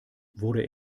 wurde